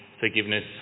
forgiveness